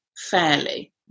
fairly